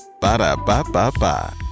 Ba-da-ba-ba-ba